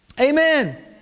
Amen